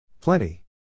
Plenty